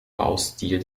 baustil